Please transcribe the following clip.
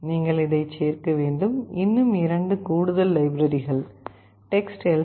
நீங்கள் இதைச் சேர்க்க வேண்டும் இன்னும் இரண்டு கூடுதல் லைப்ரரிகள் டெக்ஸ்ட் எல்